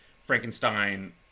Frankenstein